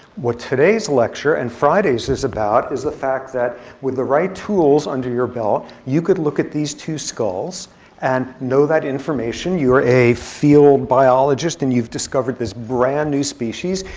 what today's lecture, lecture, and friday's, is about is the fact that with the right tools under your belt, you could look at these two skulls and know that information. you are a field biologist, and you've discovered this brand new species.